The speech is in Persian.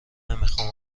نمیخام